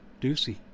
Ducey